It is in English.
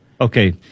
Okay